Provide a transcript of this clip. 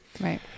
right